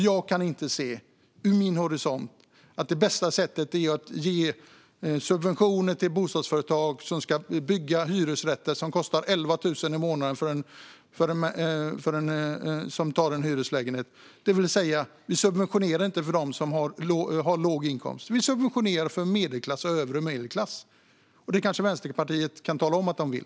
Jag kan inte se, från min horisont, att det bästa sättet är att ge subventioner till bostadsföretag som ska bygga hyresrätter som kostar 11 000 i månaden. Då subventionerar vi inte för dem som har låg inkomst, utan vi subventionerar för medelklassen och den övre medelklassen. Detta kanske Vänsterpartiet kan tala om att de vill.